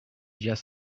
just